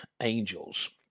angels